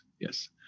yes